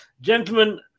Gentlemen